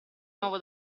nuovo